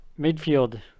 Midfield